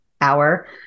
hour